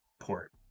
port